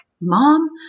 Mom